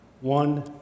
one